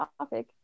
topic